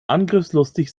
angriffslustig